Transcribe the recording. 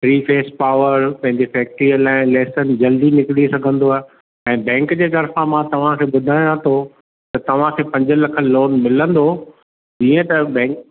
रीफेस power पंहिंजी फैकट्रीअ लाइ लेटर जल्दी निकरी सघंदो आहे ऐं बैंक जे तरिफ़ां मां तव्हां खे ॿुधायां थो त तव्हां खे पंज लख लोन मिलंदो जीअं त बैंक